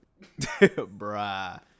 Bruh